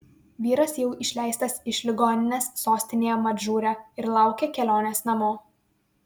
vyras jau išleistas iš ligoninės sostinėje madžūre ir laukia kelionės namo